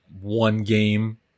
one-game